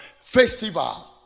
festival